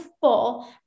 full